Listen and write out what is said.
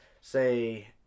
say